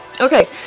Okay